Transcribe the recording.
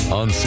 on